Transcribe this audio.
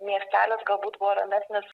miestelis galbūt buvo ramesnis